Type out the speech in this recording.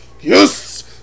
Yes